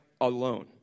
alone